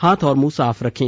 हाथ और मुंह साफ रखें